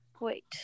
Wait